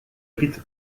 rite